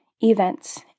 events